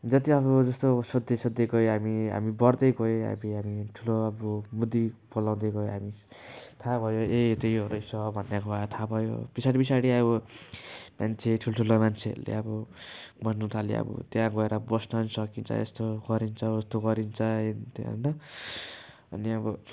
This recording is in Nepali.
जति अब जस्तो सोध्दै सोध्दै गयो हामी हामी बढ्दै गयौँ हामी हामी ठुलो अब बुद्धि पलाउँदै गयो हामी थाहा भयो ए यो त यो रहेछ भन्ने कुरा थाहा भयो पछाडि पछाडि अब मान्छे ठुल्ठुलो मान्छेहरूले अब भन्नुथाल्यो अब त्यहाँ गएर बस्न पनि सकिन्छ यस्तो गरिन्छ उस्तो गरिन्छ ह्यानत्यान होइन अनि अब